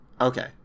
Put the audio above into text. Okay